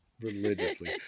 Religiously